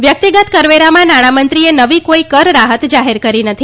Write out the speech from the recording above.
વ્યલેક્તગત કરવેરામાં નાણામંત્રીએ નવી કોઇ કરરાહત જાહેર કરી નથી